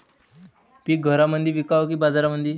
पीक घरामंदी विकावं की बाजारामंदी?